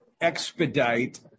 expedite